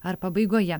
ar pabaigoje